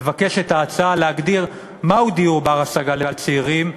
מבקשת ההצעה להגדיר דיור בר-השגה לצעירים.